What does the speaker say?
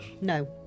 No